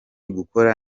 gukora